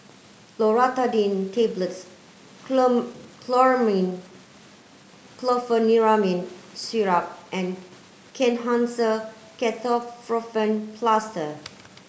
Loratadine Tablets Chlormine Chlorpheniramine Syrup and Kenhancer Ketoprofen Plaster